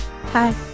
Hi